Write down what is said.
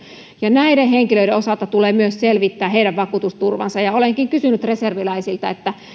näiden henkilöiden osalta tulee myös selvittää heidän vakuutusturvansa ja olenkin kysynyt reserviläisiltä että